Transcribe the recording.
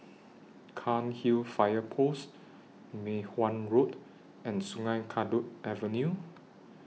Cairnhill Fire Post Mei Hwan Road and Sungei Kadut Avenue